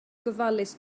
gofalus